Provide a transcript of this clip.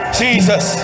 jesus